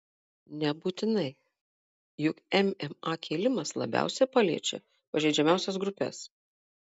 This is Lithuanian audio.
nebūtinai juk mma kėlimas labiausiai paliečia pažeidžiamiausias grupes